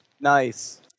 Nice